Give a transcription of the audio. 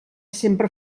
sempre